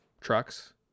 trucks